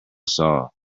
saw